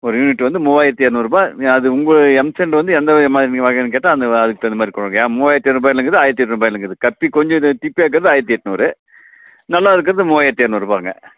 ஒரு யூனிட் வந்து மூவாயிரத்து இரநூறுபா அது உங்கள் எம்சேன்ட் வந்து எந்த மாதிரி நீங்கள் வகைன்னு கேட்டால் அந்த அதற்கு தகுந்தமாதிரி இருக்குங்க மூவாயிரத்து இரநூறுபாயிலையும் இருக்குது ஆயிரத்து எட்நூறுபாயிலையும் இருக்குது கப்பி கொஞ்சம் இது திப்பியாக இருக்குறது ஆயிரத்து எட்நூறு நல்லா இருக்குறது மூவாயிரத்து இரநூறுபாங்க